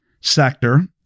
sector